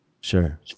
Sure